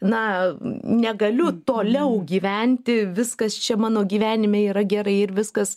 na negaliu toliau gyventi viskas čia mano gyvenime yra gerai ir viskas